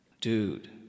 Dude